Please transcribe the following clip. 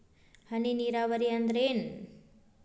ಹನಿ ನೇರಾವರಿ ಅಂದ್ರ ಏನ್?